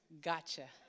Gotcha